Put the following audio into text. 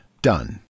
Done